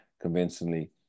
convincingly